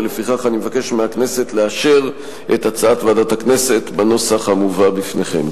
ולפיכך אני מבקש מהכנסת לאשר את הצעת ועדת הכנסת בנוסח המובא בפניכם.